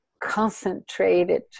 concentrated